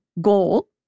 goal